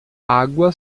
água